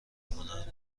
کنند